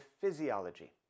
physiology